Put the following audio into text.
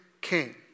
king